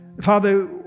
Father